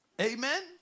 Amen